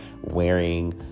Wearing